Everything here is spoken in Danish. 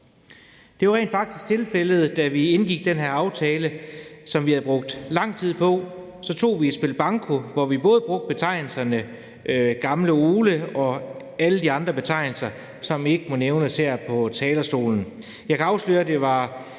Det var rent faktisk tilfældet, da vi indgik den her aftale, som vi havde brugt lang tid på. Så tog vi et spil banko, hvor vi både brugte betegnelsen Gamle Ole og alle de andre betegnelser, som ikke må nævnes her på talerstolen. Jeg kan afsløre, at det var